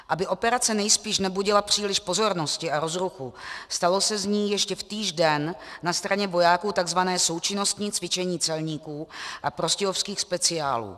Aby operace nejspíš nebudila příliš pozornosti a rozruchu, stalo se z ní ještě v týž den na straně vojáků takzvané součinnostní cvičení celníků a prostějovských speciálů.